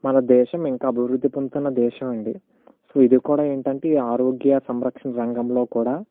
మన దేశం ఇంకా అభివృద్ధి పొందుతున్న దేశం ఆండి సో ఇది కూడా ఏంటంటే ఆరోగ్య సంరక్ష రంగంలో కూడా